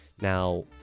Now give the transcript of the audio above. Now